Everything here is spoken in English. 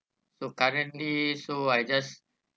so currently so I just